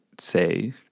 say